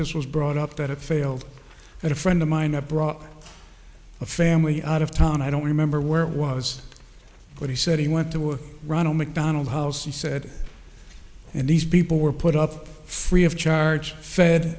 this was brought up that it failed and a friend of mine that brought a family out of town i don't remember where was what he said he went to ronald mcdonald house he said and these people were put up free of charge fed